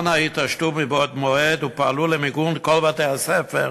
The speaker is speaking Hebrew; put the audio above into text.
אנא, התעשתו מבעוד מועד ופעלו למיגון כל בתי-הספר,